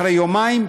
אחרי יומיים,